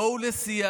בואו לשיח.